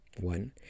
one